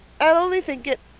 i'll only think it,